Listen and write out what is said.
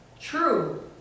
True